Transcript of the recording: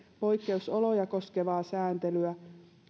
poikkeusoloja koskevaa sääntelyä